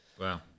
Wow